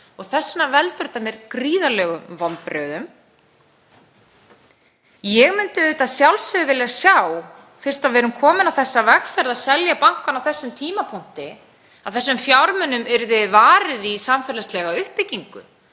vegna veldur þetta mér gríðarlegum vonbrigðum. Ég myndi að sjálfsögðu vilja sjá, fyrst við erum komin á þessa vegferð, að selja bankann á þessum tímapunkti, að þessum fjármunum yrði varið í samfélagslega uppbyggingu.